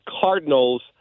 Cardinals—